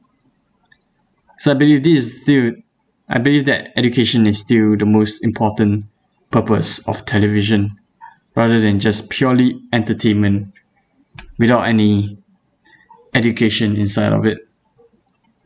so I believe this is due to I believe that education is still the most important purpose of television rather than just purely entertainment without any education inside of it